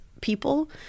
people